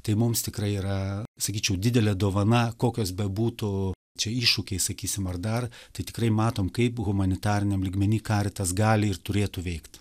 tai mums tikrai yra sakyčiau didelė dovana kokios bebūtų čia iššūkiai sakysim ar dar tai tikrai matom kaip humanitariniam lygmeny karitas gali ir turėtų veikt